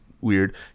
weird